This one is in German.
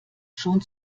schon